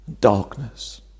darkness